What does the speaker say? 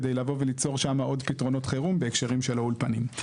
כדי לבוא וליצור שם עוד פתרונות חירום בהקשרים של האולפנים.